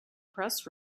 press